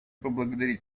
поблагодарить